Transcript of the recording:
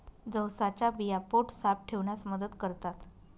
जवसाच्या बिया पोट साफ ठेवण्यास मदत करतात